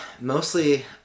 Mostly